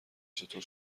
چطور